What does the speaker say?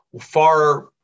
far